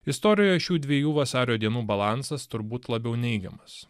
istorijoje šių dviejų vasario dienų balansas turbūt labiau neigiamas